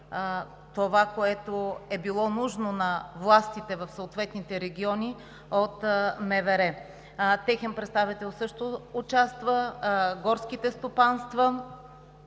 това, което е било нужно на властите в съответните региони – техен представител също участва, горските стопанства.